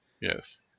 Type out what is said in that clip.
Yes